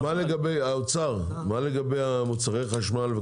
האוצר, מה לגבי מוצרי חשמל?